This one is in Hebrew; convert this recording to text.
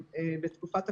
בסדר,